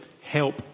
help